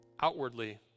outwardly